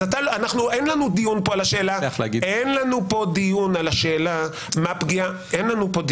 אז אין לנו דיון פה על השאלה מהי פגיעה